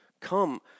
Come